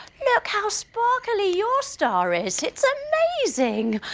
look how sparkly your star ah is it's amazing,